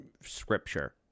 scripture